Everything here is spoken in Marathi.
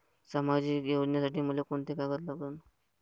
सामाजिक योजनेसाठी मले कोंते कागद लागन?